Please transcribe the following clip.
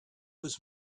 was